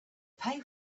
pay